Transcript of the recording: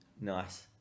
nice